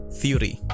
theory